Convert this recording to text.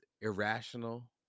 irrational